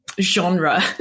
genre